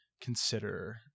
consider